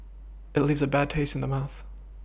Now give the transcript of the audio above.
it leaves a bad taste in the mouth